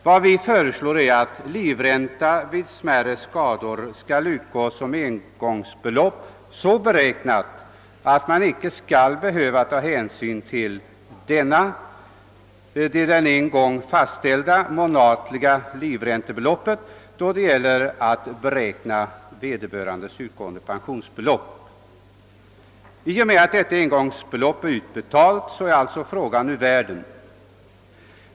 Vad vi föreslår är att livräntan vid smärre skador skall utgå som engångsbelopp, så beräknat att man inte skall behöva ta hänsyn till det en gång fastställda månatliga livräntebeloppet då det gäller att beräkna vederbörandes utgående pensionsbelopp. I och med att detta engångsbelopp är utbetalat är alltså frågan ur världen.